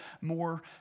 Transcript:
more